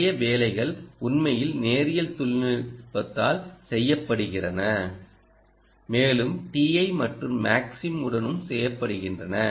நிறைய வேலைகள் உண்மையில் நேரியல் தொழில்நுட்பத்தால் செய்யப்படுகின்றன மேலும் TI மற்றும் MAXIM உடனும் செய்யப்படுகின்றன